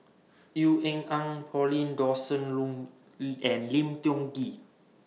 Ean Ang Pauline Dawn Sin Loh and Lim Tiong Ghee